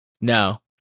No